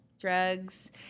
drugs